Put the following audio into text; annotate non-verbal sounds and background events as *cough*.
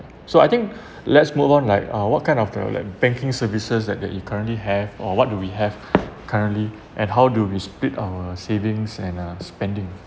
so I think *breath* let's move on like uh what kind of the like banking services that you currently have or what do we have currently and how do we split our savings and uh spending